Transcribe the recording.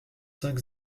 cinq